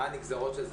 מה הנגזרות של זה?